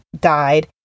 died